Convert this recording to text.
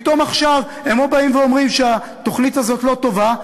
פתאום עכשיו הם או באים ואומרים שהתוכנית הזאת לא טובה,